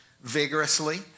vigorously